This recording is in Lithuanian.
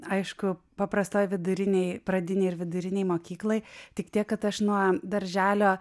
aišku paprastoj vidurinėj pradinėj ir vidurinėj mokykloj tik tiek kad aš nuo darželio